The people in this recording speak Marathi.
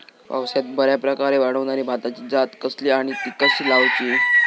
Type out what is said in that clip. पावसात बऱ्याप्रकारे वाढणारी भाताची जात कसली आणि ती कशी लाऊची?